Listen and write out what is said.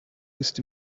ist